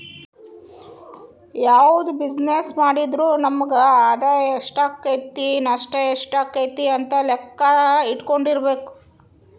ಯಾವ್ದ ಬಿಜಿನೆಸ್ಸ್ ಮಾಡಿದ್ರು ನಮಗ ಆದಾಯಾ ಎಷ್ಟಾಕ್ಕತಿ ನಷ್ಟ ಯೆಷ್ಟಾಕ್ಕತಿ ಅಂತ್ ಲೆಕ್ಕಾ ಇಟ್ಕೊಂಡಿರ್ಬೆಕು